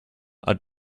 are